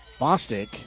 Bostic